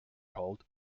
called